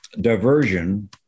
diversion